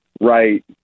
right